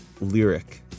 lyric